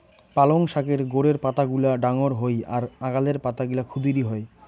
পালঙ শাকের গোড়ের পাতাগুলা ডাঙর হই আর আগালের পাতাগুলা ক্ষুদিরী হয়